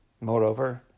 Moreover